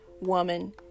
woman